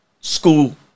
school